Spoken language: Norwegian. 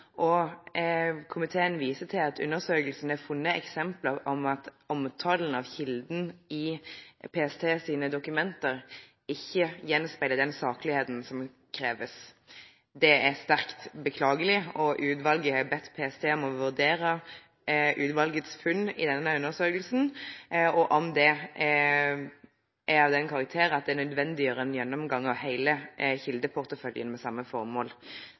Komiteen viser til at i undersøkelsen er det funnet eksempler på at omtalen av kilden i PSTs dokumenter ikke gjenspeiler den sakligheten som kreves. Det er sterkt beklagelig. Utvalget har bedt PST vurdere om utvalgets funn i denne undersøkelsen er av en slik karakter at det nødvendiggjør en gjennomgang av hele kildeporteføljen med samme formål.